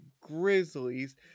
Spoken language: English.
Grizzlies